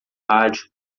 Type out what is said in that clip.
rádio